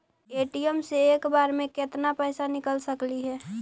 ATM से एक बार मे केत्ना पैसा निकल सकली हे?